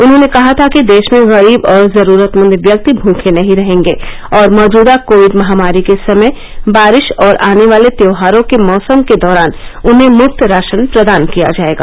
उन्होंने कहा था कि देश में गरीब और जरूरतमंद व्यक्ति भूखे नहीं रहेंगे और मौजूदा कोविड महामारी के समय बारिश और आने वाले त्योहारों के मौसम के दौरान उन्हें मुफ्त राशन प्रदान किया जाएगा